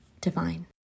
divine